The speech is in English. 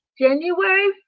January